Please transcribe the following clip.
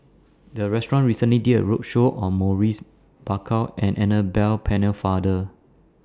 The Restaurant recently did A roadshow on Maurice Baker and Annabel Pennefather